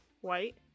White